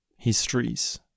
histories